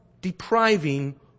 depriving